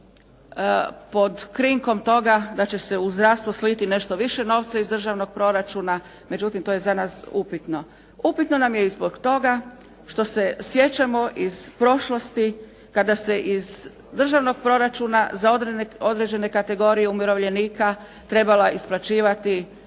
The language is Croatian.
pod krinkom toga da će se u zdravstvo sliti nešto više novca iz državnog proračuna, međutim to je za nas upitno. Upitno nam je i zbog toga što se sjećamo iz prošlosti kada se iz državnog proračuna za određene kategorije umirovljenika trebala isplaćivati